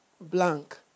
blank